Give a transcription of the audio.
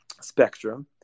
spectrum